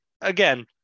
again